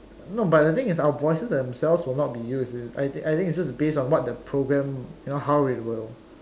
no but the thing is our voices themselves will not be used I think I think is just based on what the program you know how it will